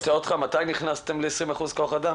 מאיזה תאריך נכנסתם למתכונת של 20% כח אדם?